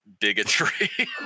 bigotry